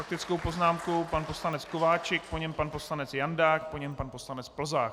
S faktickou poznámkou pan poslanec Kováčik, po něm pan poslanec Jandák, po něm pan poslanec Plzák.